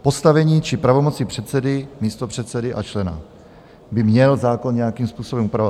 Postavení či pravomoci předsedy, místopředsedy a člena by měl zákon nějakým způsobem upravovat.